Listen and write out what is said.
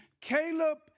Caleb